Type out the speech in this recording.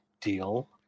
deal